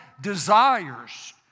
desires